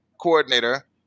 coordinator